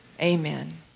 amen